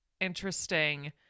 interesting